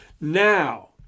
Now